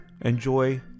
Enjoy